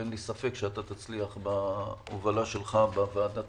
אין לי ספק שאתה תצליח בהובלה לך בוועדת